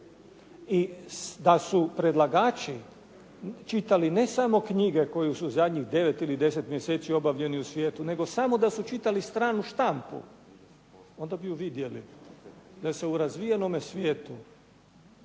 I da su predlagači čitali ne samo knjige koju su zadnjih devet ili deset mjeseci objavljeni u svijetu nego samo da su čitali stranu štampu onda bi ju vidjeli, da se u razvijenom svijetu